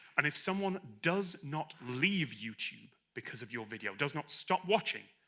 and if someone does not leave youtube because of your video, does not stop watching,